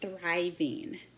thriving